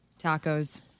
Tacos